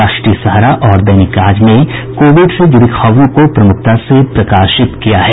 राष्ट्रीय सहारा और दैनिक आज ने कोविड से जुड़ी खबरों को प्रमुखता से प्रकाशित किया है